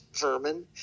vermin